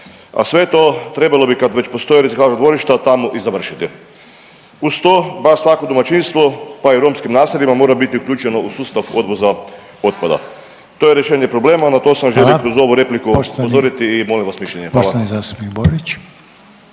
A sve to trebalo bi kad već postoje reciklažna dvorišta tamo i završiti. Uz to baš svako domaćinstvo pa i u romskim naseljima mora biti uključeno u sustav odvoza otpada. To je rješenje problema. Na to sam želio …/Upadica: Hvala./… kroz ovu repliku upozoriti i molim vas mišljenje.